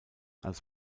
als